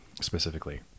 specifically